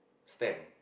stamp